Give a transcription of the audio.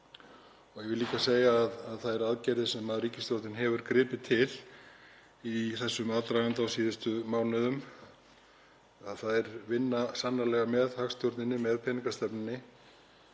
Ég vil líka segja að þær aðgerðir sem ríkisstjórnin hefur gripið til í þessum aðdraganda á síðustu mánuðum vinna sannarlega með hagstjórninni, með peningastefnunni.